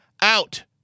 out